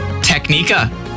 Technica